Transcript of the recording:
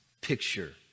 picture